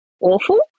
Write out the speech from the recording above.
awful